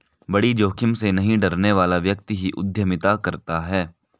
बड़ी जोखिम से नहीं डरने वाला व्यक्ति ही उद्यमिता करता है